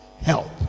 Help